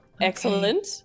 Excellent